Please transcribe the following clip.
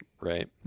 right